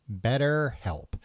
BetterHelp